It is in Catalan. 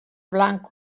blanc